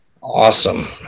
Awesome